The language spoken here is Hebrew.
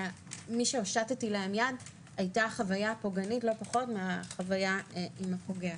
ממי שהושטתי להם יד היתה חוויה פוגענית לא פחות מהחוויה עם הפוגע.